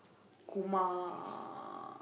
Kumar